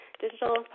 Digital